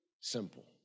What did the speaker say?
simple